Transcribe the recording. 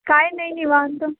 काय नाही निवांत